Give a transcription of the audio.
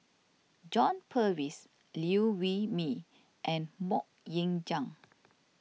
John Purvis Liew Wee Mee and Mok Ying Jang